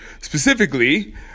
specifically